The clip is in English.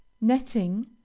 netting